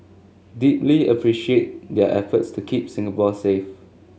deeply appreciate their efforts to keep Singapore safe